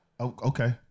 Okay